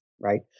right